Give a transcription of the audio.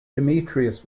demetrius